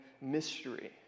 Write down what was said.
mystery